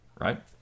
right